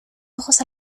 ojos